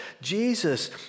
Jesus